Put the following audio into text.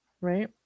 right